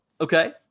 Okay